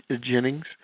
Jennings